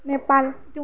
Nepal